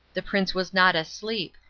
the prince was not asleep,